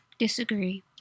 Disagree